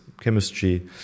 chemistry